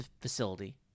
facility